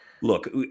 look